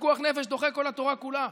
ופיקוח נפש דוחה את כל התורה כולה,